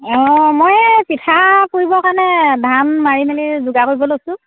অঁ মই পিঠা পুৰিবৰ কাৰণে ধান মাৰি মেলি যোগাৰ কৰিব লৈছোঁ